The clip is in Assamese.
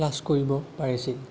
ক্লাছ কৰিব পাৰিছিল